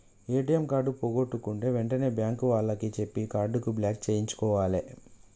ATM card పోగొట్టుకుంటే వెంటనే bank వాళ్లకి చెప్పి కార్డుని బ్లాక్ చేయించుకోవాలే